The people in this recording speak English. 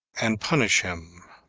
and punish him.